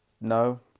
No